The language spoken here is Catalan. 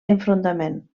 enfrontament